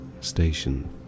station